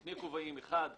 בשני כובעים: אחד,